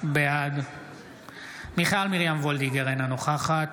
בעד מיכל מרים וולדיגר, אינה נוכחת